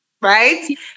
right